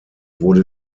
wurde